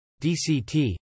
DCT